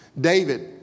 David